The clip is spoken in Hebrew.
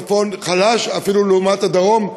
הצפון חלש אפילו לעומת הדרום,